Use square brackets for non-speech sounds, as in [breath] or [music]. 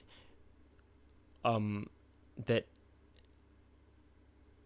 [breath] um that